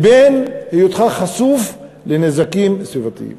לבין היותך חשוף לנזקים סביבתיים.